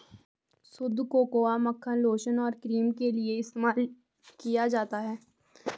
शुद्ध कोकोआ मक्खन लोशन और क्रीम के लिए इस्तेमाल किया जाता है